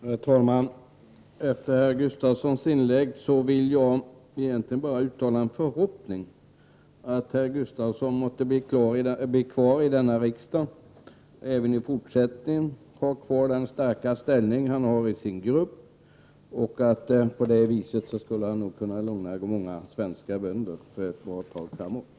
Herr talman! Efter Hans Gustafssons inlägg vill jag bara uttala förhoppningen att han blir kvar i denna riksdag och behåller den starka ställning som han har i sin grupp. Därmed kan han säkerligen lugna många svenska bönder en bra tid framöver.